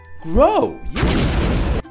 grow